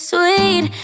Sweet